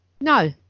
no